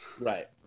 Right